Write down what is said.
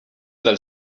del